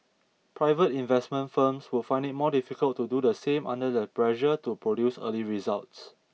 private investment firms would find it more difficult to do the same under the pressure to produce early results